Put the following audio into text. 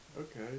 okay